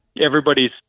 everybody's